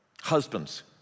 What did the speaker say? Husbands